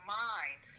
mind